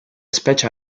specie